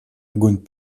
огонь